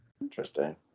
Interesting